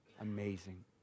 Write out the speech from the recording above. amazing